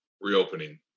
reopening